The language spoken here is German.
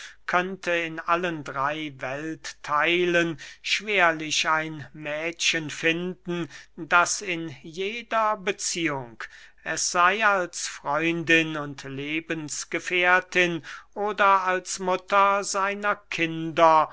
könnte in allen drey welttheilen schwerlich ein mädchen finden das in jeder beziehung es sey als freundin und lebensgefährtin oder als mutter seiner kinder